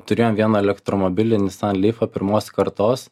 turėjom vieną elektromobilį nissan lifą pirmos kartos